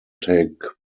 take